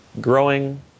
growing